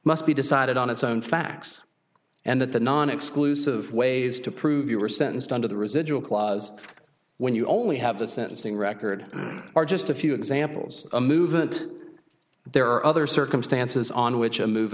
must be decided on its own facts and that the non exclusive ways to prove you were sentenced under the residual clause when you only have the sentencing record are just a few examples a movement there are other circumstances on which a